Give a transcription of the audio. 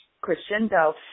crescendo